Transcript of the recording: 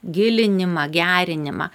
gilinimą gerinimą